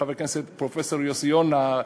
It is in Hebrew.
חבר הכנסת פרופסור יוסי יונה,